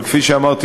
אבל כפי שאמרתי,